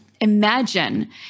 imagine